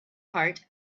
heart